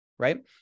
Right